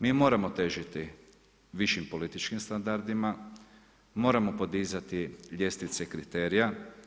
Mi moramo težiti višim političkim standardima, moramo podizati ljestvice kriterija.